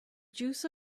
juice